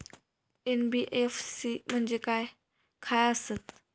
NBFC म्हणजे खाय आसत?